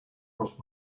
crossed